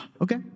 Okay